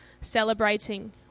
celebrating